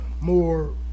more